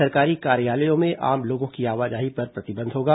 सरकारी कार्यालयों में आम लोगों की आवाजाही पर प्रतिबंध होगा